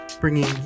bringing